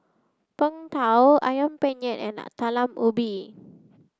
Png Tao Ayam Penyet and a Talam Ubi